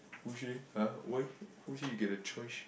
who say !huh! why who say you get a choice